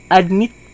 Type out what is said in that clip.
admit